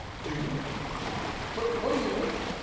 do we? what what do you mean?